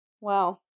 Wow